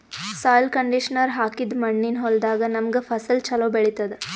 soil conditioner ಹಾಕಿದ್ದ್ ಮಣ್ಣಿನ್ ಹೊಲದಾಗ್ ನಮ್ಗ್ ಫಸಲ್ ಛಲೋ ಬೆಳಿತದ್